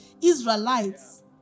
Israelites